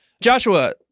Joshua